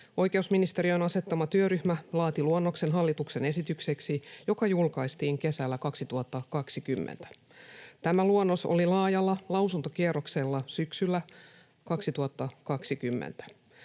Oikeusministeriön asettama työryhmä laati luonnoksen hallituksen esitykseksi, joka julkaistiin kesällä 2020. Tämä luonnos oli laajalla lausuntokierroksella syksyllä 2020.